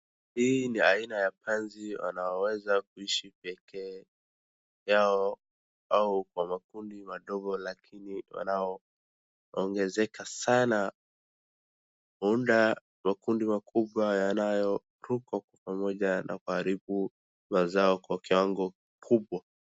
Hii ni aina ya panzi wanaoweza kuishi pekee yao au kwa makundi madogo lakini wanaoongezeka sana muda makundi makubwa yanayotupwa pamoja na kuharibu mazao kwa kiwango kikubwa.